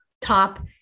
top